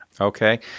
Okay